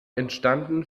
entstanden